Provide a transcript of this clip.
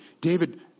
David